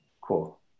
Cool